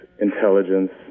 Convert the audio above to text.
intelligence